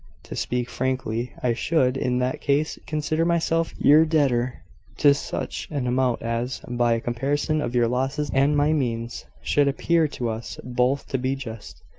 to speak frankly, i should, in that case, consider myself your debtor to such an amount as, by a comparison of your losses and my means, should appear to us both to be just.